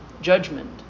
judgment